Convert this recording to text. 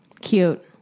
Cute